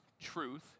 truth